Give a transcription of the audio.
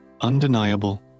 undeniable